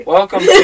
Welcome